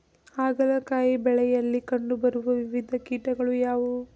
ಹಾಗಲಕಾಯಿ ಬೆಳೆಯಲ್ಲಿ ಕಂಡು ಬರುವ ವಿವಿಧ ಕೀಟಗಳು ಯಾವುವು?